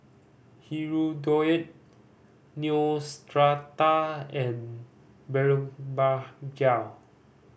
Hirudoid Neostrata and Blephagel